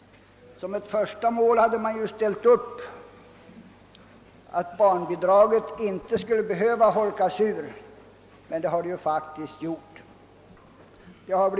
Som ett första mål hade man ställt upp att barnbidraget inte skulle holkas ur, men det har faktiskt skett.